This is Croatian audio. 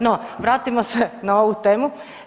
No, vratimo se na ovu temu.